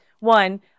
One